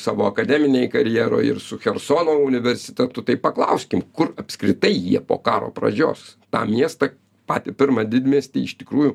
savo akademinėj karjeroj ir su chersono universitetu tai paklauskim kur apskritai jie po karo pradžios tą miestą patį pirmą didmiestį iš tikrųjų